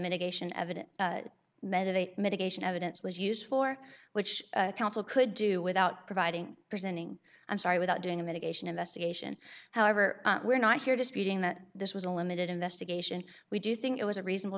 medication evident meditate medication evidence was used for which counsel could do without providing presenting i'm sorry without doing a mitigation investigation however we're not here disputing that this was a limited investigation we do think it was a reasonable